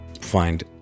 find